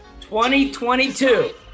2022